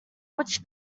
which